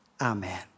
Amen